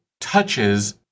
touches